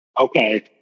Okay